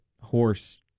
horse